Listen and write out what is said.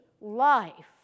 life